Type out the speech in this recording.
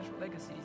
legacy